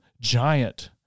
giant